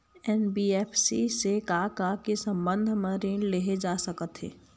NBFC से का का के संबंध म ऋण लेहे जा सकत हे?